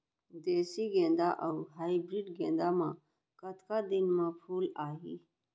देसी गेंदा अऊ हाइब्रिड गेंदा म कतका दिन म फूल आही?